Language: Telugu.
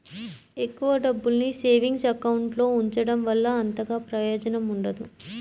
ఎక్కువ డబ్బుల్ని సేవింగ్స్ అకౌంట్ లో ఉంచడం వల్ల అంతగా ప్రయోజనం ఉండదు